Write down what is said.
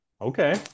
Okay